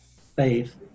faith